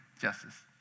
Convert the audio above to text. justice